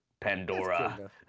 Pandora